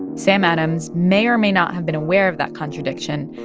sam adams may or may not have been aware of that contradiction.